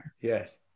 Yes